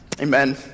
Amen